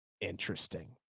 interesting